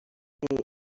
est